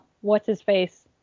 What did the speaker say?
what's-his-face